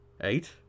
Eight